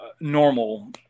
normal